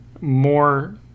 more